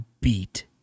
beat